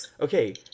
okay